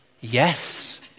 Yes